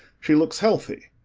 she looks healthy,